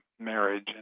marriage